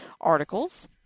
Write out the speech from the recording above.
articles